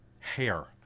Hair